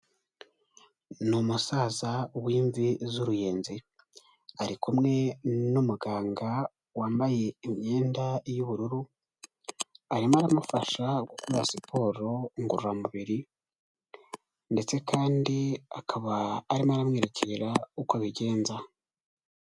Ni umusaza w'imvi z'uruyenzi, ari kumwe n'umuganga wambaye imyenda y'ubururu, arimo aramufasha gukora siporo ngororamubiri ndetse kandi akaba arimo aramwerekera uko abigenza.